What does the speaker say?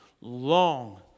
long